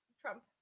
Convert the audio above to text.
Trump